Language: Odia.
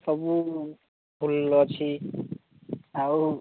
ସବୁ ଫୁଲ ଅଛି ଆଉ